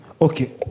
Okay